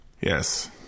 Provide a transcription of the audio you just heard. Yes